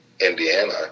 Indiana